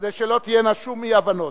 שלא תהיינה שום אי-הבנות.